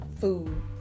food